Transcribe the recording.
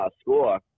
score